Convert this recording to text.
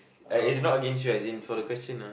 uh it's not against you as in for the question ah